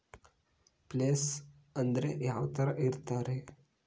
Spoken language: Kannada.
ಪ್ಲೇಸ್ ಅಂದ್ರೆ ಯಾವ್ತರ ಇರ್ತಾರೆ?